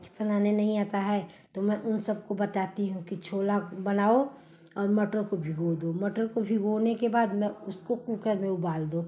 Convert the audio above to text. कि बनाना नहीं आता है तो मैं उन सब को बताती हूँ कि छोला बनाओ और मटर को भिगो दो मटर को भिगोने के बाद में उसको कुकर में उबाल दो